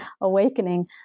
awakening